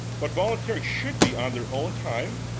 but volunteering should be on their own time,